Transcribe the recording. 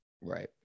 Right